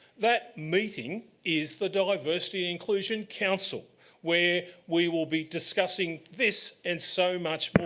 that meeting is the diversity and inclusion council where we will be discussing this and so much more.